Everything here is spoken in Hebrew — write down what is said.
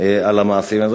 על המעשים.